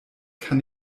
kann